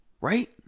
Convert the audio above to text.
right